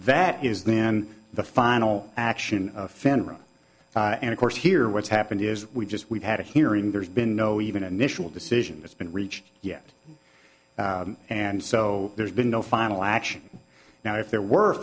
that is then the final action fan room and of course here what's happened is we've just we've had a hearing there's been no even initial decision that's been reached yet and so there's been no final action now if there were a